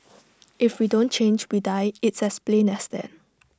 if we don't change we die it's as plain as that